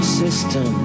system